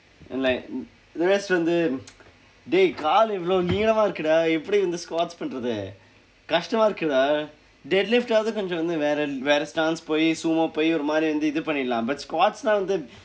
and like the rest வந்து:vandthu dey கால் இவ்வளவு நீளமா இருக்கு:kaal ivvalvu niilamaa irukku dah எப்படி வந்து:eppadi vandthu squats பண்றது கஷ்டமா இருக்கு:panrathu kashdamaa irukku lah deadlift ஆவது கொஞ்சம் வேற வேற:aavathu konjsam konjsam veera veera stance போய் சும்மா போய் ஒரு மாதிரி இது பண்ணிரலாம்:pooy summaa pooy oru maathiri ithu panniralaam but squats-naa வந்து:vandthu